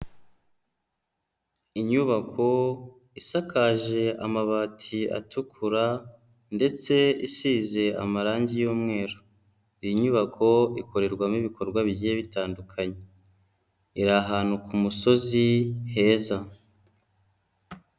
Inyubako isakaje amabati atukura ndetse isize amarangi y'umweru. Iyi nyubako ikorerwamo ibikorwa bigiye bitandukanye. Iri ahantu ku musozi heza.